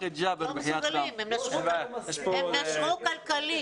הם לא מסוגלים, הם נשרו כלכלית.